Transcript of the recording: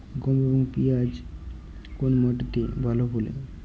গম এবং পিয়াজ কোন মাটি তে ভালো ফলে?